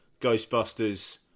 Ghostbusters